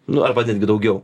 nu arba netgi daugiau